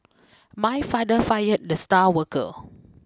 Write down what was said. my father fired the star worker